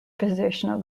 positional